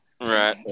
right